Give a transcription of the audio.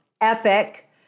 epic